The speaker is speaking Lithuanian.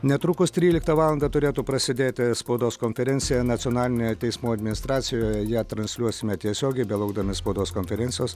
netrukus tryliktą valandą turėtų prasidėti spaudos konferencijoja nacionalinėje teismų administracijoje ją transliuosime tiesiogiai belaukdami spaudos konferencijos